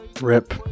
RIP